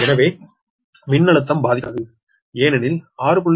எனவே மின்னழுத்தம் பாதிக்காது ஏனெனில் 6